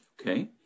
Okay